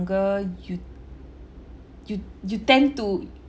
younger you you you tend to